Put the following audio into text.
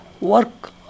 work